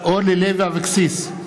אורלי לוי אבקסיס,